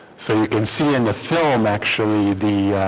so you can see in the film actually the